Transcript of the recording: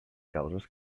causes